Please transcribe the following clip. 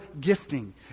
gifting